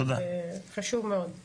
זה חשוב מאוד.